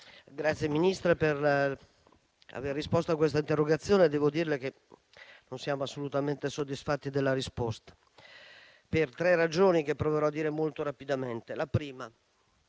signor Ministro, per aver risposto a questa interrogazione, ma devo dirle che non siamo assolutamente soddisfatti della risposta, per tre ragioni che proverò a dire molto rapidamente. La prima